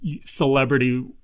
celebrity